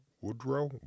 Woodrow